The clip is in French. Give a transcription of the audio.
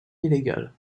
illégal